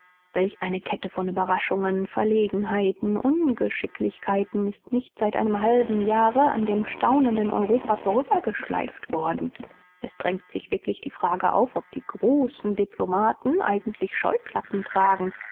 welch eine kette von überraschungen verlegenheiten ungeschicklichkeiten ist nicht seit einem halben jahre an dem staunenden europa vorübergeschleift worden es drängt sich wirklich die frage auf ob die großen diplomaten eigentlich scheuklappen tragen